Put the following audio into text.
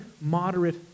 moderate